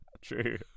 True